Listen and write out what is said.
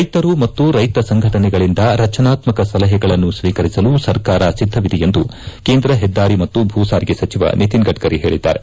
ರೈತರು ಮತ್ತು ರೈತ ಸಂಘಟನೆಗಳಿಂದ ರಚನಾತ್ಮಕ ಸಲಹೆಗಳನ್ನು ಸ್ವೀಕರಿಸಲು ಸರ್ಕಾರ ಸಿದ್ಧವಿದೆ ಎಂದು ಕೇಂದ್ರ ಹೆದ್ದಾರಿ ಮತ್ತು ಭೂಸಾರಿಗೆ ಸಚಿವ ನಿತಿನ್ ಗಡ್ಕರಿ ಹೇಳಿದ್ದಾರೆ